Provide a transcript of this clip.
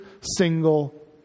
single